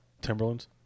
Timberlands